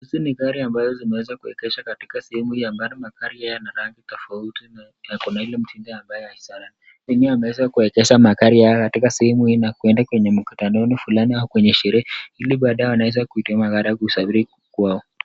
Hizi ni gari ambazo zimeweza kuegeshwa katika .Magari haya yana rangi tofauti na wameegeza magari katika sehemu hii na kuenda kwenye mkutano ama sherehe ili baadaye wataweza kusafiri kwao.